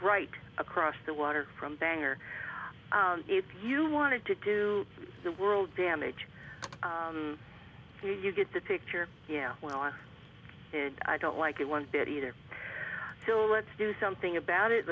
right across the water from banger if you wanted to do the world damage you get the picture yeah well i don't like it one bit either so let's do something about it